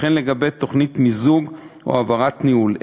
וכן לגבי תוכנית מיזוג או העברת ניהול,